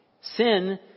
Sin